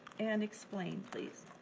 and explain please.